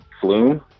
Flume